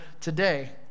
today